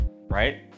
right